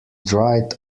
dried